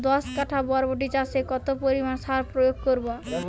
দশ কাঠা বরবটি চাষে কত পরিমাণ সার প্রয়োগ করব?